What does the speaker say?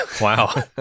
wow